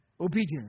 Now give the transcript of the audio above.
obedience